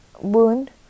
wound